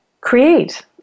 create